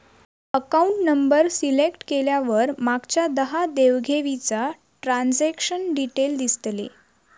account number select केल्यावर मागच्या दहा देव घेवीचा ट्रांजॅक्शन डिटेल दिसतले